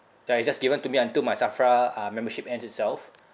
uh it's just given to me until my SAFRA uh membership ends itself